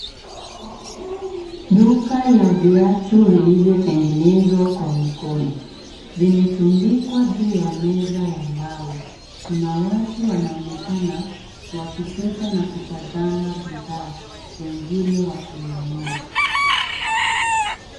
Duka la viatu vilivyotengenezwa kwa mikono. Vimetundikwa juu ya meza ya mbao. Kuna watu wanaonekana wakipita na kutazama bidhaa wengine wakinunua.